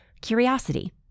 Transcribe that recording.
curiosity